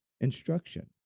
instruction